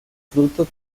fruto